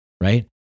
right